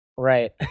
Right